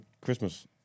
Christmas